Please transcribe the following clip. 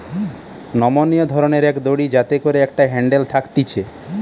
নমনীয় ধরণের এক দড়ি যাতে করে একটা হ্যান্ডেল থাকতিছে